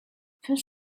first